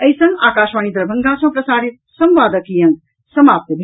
एहि संग आकाशवाणी दरभंगा सँ प्रसारित संवादक ई अंक समाप्त भेल